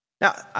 Now